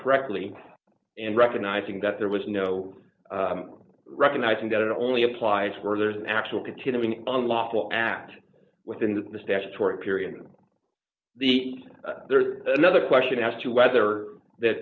correctly and recognizing that there was no recognizing that it only applies where there is an actual continuing unlawful act within the statutory period the there's another question as to whether that